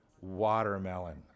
watermelon